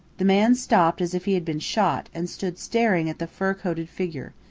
the man stopped as if he had been shot, and stood staring at the fur-coated figure.